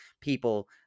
people